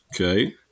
Okay